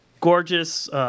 gorgeous